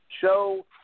show –